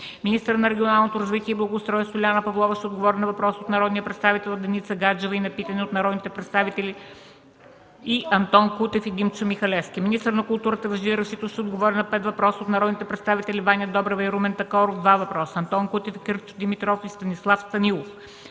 Министърът на регионалното развитие и благоустройството Лиляна Павлова ще отговори на въпрос от народния представител Деница Гаджева и на питане от народните представители и Антон Кутев и Димчо Михалевски. 11. Министъра на културата Вежди Рашидов ще отговори на пет въпроса от народните представители Ваня Добрева и Румен Такоров (два въпроса), Антон Кутев, Кирчо Димитров, и Станислав Станилов.